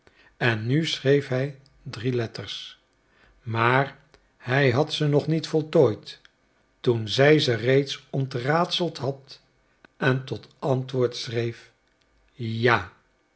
en nu schreef hij drie letters maar hij had ze nog niet voltooid toen zij ze reeds ontraadseld had en tot antwoord schreef ja